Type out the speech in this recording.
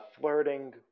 flirting